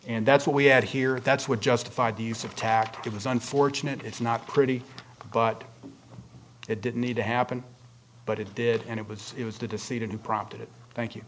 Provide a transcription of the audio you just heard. and that's what we had here that's what justified the use of tactic was unfortunate it's not pretty but it didn't need to happen but it did and it was it was the deceit and it prompted thank you